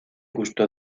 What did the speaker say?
gusto